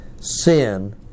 sin